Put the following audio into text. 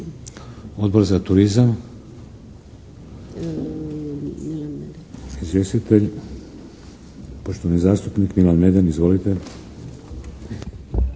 Odbor za turizam? Izvjestitelj poštovani zastupnik Milan Meden. Izvolite!